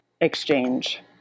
exchange